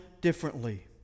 differently